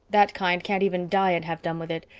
that kind can't even die and have done with it.